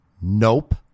Nope